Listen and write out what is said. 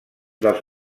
dels